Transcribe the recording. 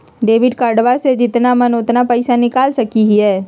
Debit कार्डबा से जितना मन उतना पेसबा निकाल सकी हय?